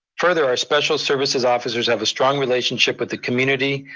further, our special services officers have a strong relationship with the community,